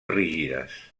rígides